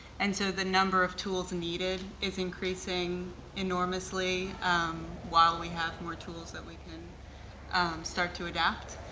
and so the number of tools needed is increasing enormously while we have more tools that we can start to adapt.